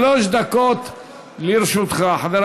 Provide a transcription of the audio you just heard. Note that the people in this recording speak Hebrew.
שלוש דקות לרשותך, חבר